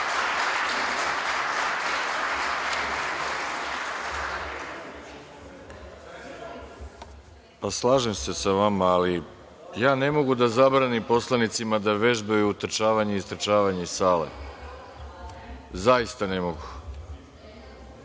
se sa vama, ali ja ne mogu da zabranim poslanicima da vežbaju utrčavanje i istrčavanje iz sale, zaista ne mogu,